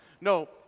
No